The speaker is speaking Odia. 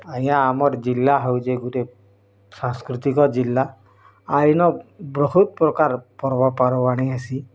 ଆଜ୍ଞା ଆମର ଜିଲ୍ଲା ହଉଛି ଗୁଟେ ସାଂସ୍କୃତିକ ଜିଲ୍ଲା ଆଇନ ବହୁତ୍ ପ୍ରକାର ପର୍ବପର୍ବାଣି ହେସି